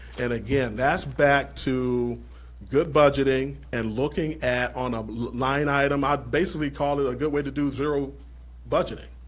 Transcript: and again, that's back to good budgeting and looking at on a line item, i'd basically call it a good way to do zero budgeting.